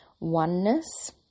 oneness